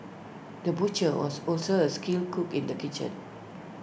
the butcher was also A skilled cook in the kitchen